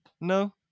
no